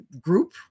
group